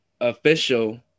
official